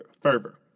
fervor